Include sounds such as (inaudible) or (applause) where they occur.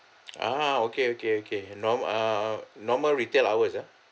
(noise) ah okay okay okay norm~ ah normal retail hours ah